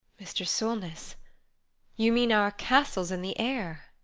mr. solness you mean our castles in the air.